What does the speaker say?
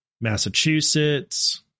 Massachusetts